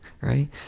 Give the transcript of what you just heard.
right